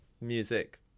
music